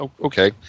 Okay